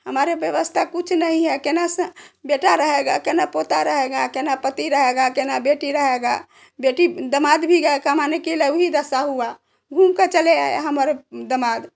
हमारे व्यवस्था कुछ नहीं है केना सा बेटा रहेगा केन पोता रहेगा केना पति रहेगा केना बेटी रहेगा बेटी दामाद भी गया कमाने के लिए गए तो वही दशा हुआ घूम के चले आए हमारे दामाद